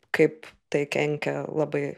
kaip tai kenkia labai